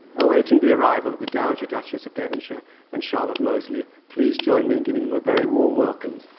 awaiting the arrival of the dowager duchess of devonshire and charlotte mosley. please join me in giving them a very warm welcome.